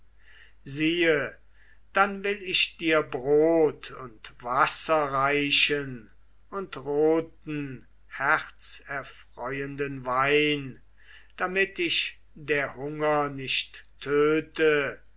siehe dann will ich dir brot und wasser reichen und roten herzerfreuenden wein damit dich der hunger nicht töte